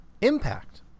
impact